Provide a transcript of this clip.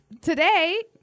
today